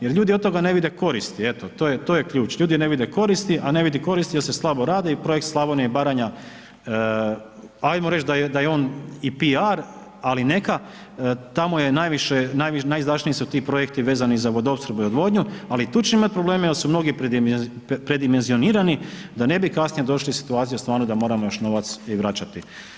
Jel ljudi od toga ne vide koristi, eto to je ključ, ljudi ne vide koristi, a ne vide koristi jer se slabo radi i Projekt Slavonija i Baranja, ajmo reć da je on i piar, ali neka, tamo je najviše, najizdašniji su ti projekti vezani za Vodoopskrbu i odvodnju, ali tu će imat probleme jel su mnogi predimenzionirani da ne bi kasnije došli u situaciju da stvarno da moramo novac još i vraćati.